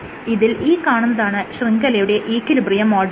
ഇതിൽ ഈ കാണുന്നതാണ് ശൃംഖലയുടെ ഈക്വിലിബ്രിയം മോഡുലസ്